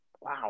Wow